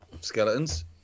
skeletons